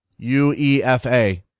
UEFA